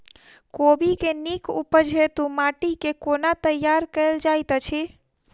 कोबी केँ नीक उपज हेतु माटि केँ कोना तैयार कएल जाइत अछि?